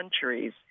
centuries